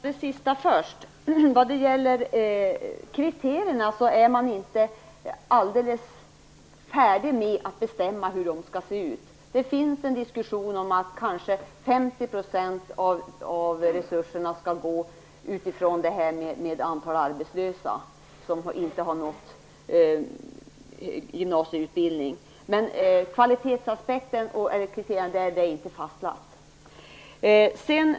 Herr talman! För att ta det sista först: Man är inte alldeles färdig med att bestämma hur de kriterierna skall se ut. Det finns en diskussion om att kanske 50 % av resurserna skall fördelas med utgångspunkt i antalet arbetslösa utan gymnasieutbildning, men kriterierna för kvalitetsaspekten är inte fastlagda.